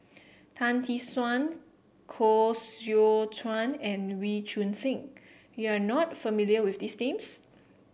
Tan Tee Suan Koh Seow Chuan and Wee Choon Seng you are not familiar with these names